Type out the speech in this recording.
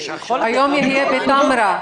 היום יהיה בטמרה,